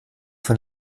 von